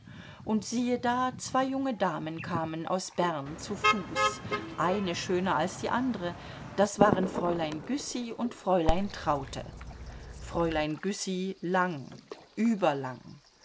und siehe da zwei junge damen kamen aus bern zu fuß eine schöner als die andre das waren fräulein güssy und fräulein traute fräulein güssy lang überlang